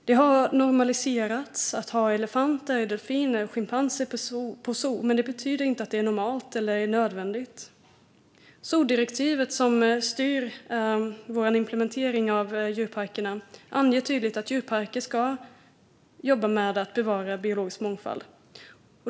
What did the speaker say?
Det har normaliserats att ha elefanter, delfiner och schimpanser på zoo, men det betyder inte att det är normalt eller nödvändigt. Zoodirektivet, som styr vår implementering av djurparkerna, anger tydligt att djurparker ska jobba med att bevara biologisk mångfald.